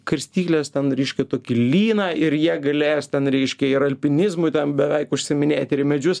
karstykles ten reikšia tokį lyną ir jie galės ten reiškia ir alpinizmu ten beveik užsiiminėti ir į medžius